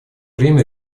время